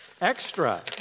extra